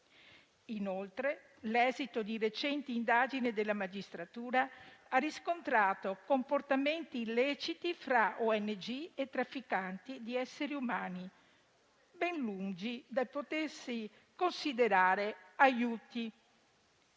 Inoltre, l'esito di recenti indagini della magistratura ha riscontrato comportamenti illeciti fra organizzazioni non governative e trafficanti di esseri umani, ben lungi dal potersi considerare aiuti.